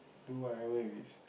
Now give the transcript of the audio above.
do whatever it is